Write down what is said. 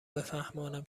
بفهمانم